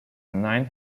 nine